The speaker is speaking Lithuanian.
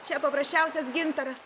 čia paprasčiausias gintaras